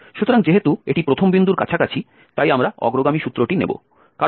সুতরাং যেহেতু এটি প্রথম বিন্দুর কাছাকাছি তাই আমরা অগ্রগামী সূত্রটি নেব